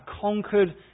conquered